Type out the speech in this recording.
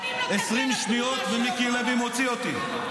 20 שניות ומיקי לוי מוציא אותי.